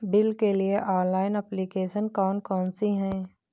Bill के लिए online application कौन कौन सी हैं?